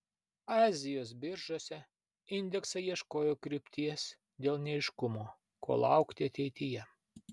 azijos biržose indeksai ieškojo krypties dėl neaiškumo ko laukti ateityje